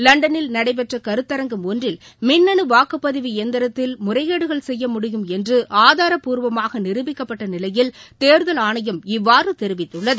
லண்டனில் நடைபெற்ற கருத்தரங்கம் ஒன்றில் மின்னனு வாக்குப்பதிவு இயந்திரத்தில் முறைகேடுகள் செய்ய முடியும் என்று ஆதாரபூர்வமாக நிருபிக்கப்பட்ட நிலையில் தேர்தல் ஆணையம் இவ்வாறு தெரிவித்துள்ளது